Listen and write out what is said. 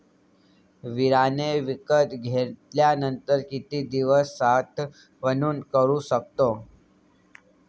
बियाणे विकत घेतल्यानंतर किती दिवस साठवणूक करू शकतो?